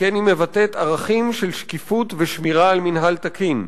שכן היא מבטאת ערכים של שקיפות ושמירה על מינהל תקין.